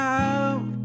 out